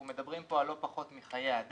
אנחנו מדברים פה על לא פחות מחיי אדם.